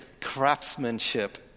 craftsmanship